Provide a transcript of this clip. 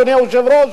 אדוני היושב-ראש,